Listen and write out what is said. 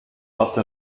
hatte